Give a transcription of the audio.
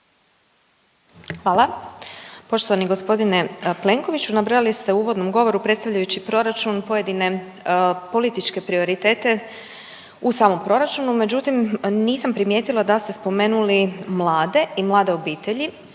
Hvala. Poštovani gospodine Plenkoviću, nabrojali ste u uvodnom govoru predstavljajući proračun pojedine političke prioritete u samom proračunu međutim nisam primijetila da ste spomenuli mlade i mlade obitelji,